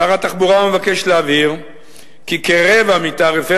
שר התחבורה מבקש להבהיר כי כרבע מתעריפי